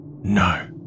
No